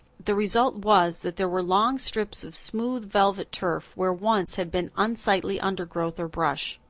the result was that there were long strips of smooth velvet turf where once had been unsightly undergrowth or brush.